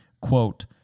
Quote